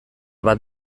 bat